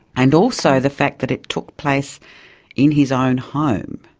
and also the fact that it took place in his own home.